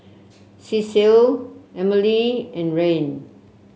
Cecile Emely and Rahn